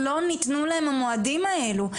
לא ניתנו להם המועדים האלו.